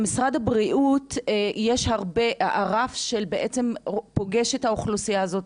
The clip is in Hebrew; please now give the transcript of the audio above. למשרד הבריאות יש רף שבעצם פוגש את האוכלוסייה הזאת,